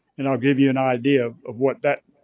and i'll give you an idea of what that